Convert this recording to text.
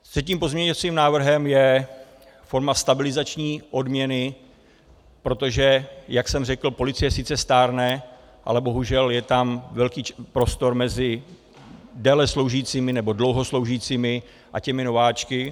Třetím pozměňovacím návrhem je forma stabilizační odměny, protože jak jsem řekl, policie sice stárne, ale bohužel je tam velký prostor mezi déle sloužícími, nebo dlouho sloužícími a těmi nováčky.